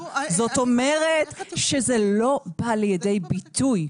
זאת אומרת שזה לא בא לידי ביטוי.